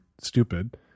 stupid